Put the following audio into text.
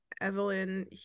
evelyn